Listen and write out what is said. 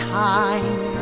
time